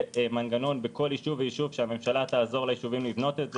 מנגנון בכל יישוב ויישוב שהממשלה תעזור ליישובים לבנות,